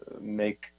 make